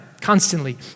constantly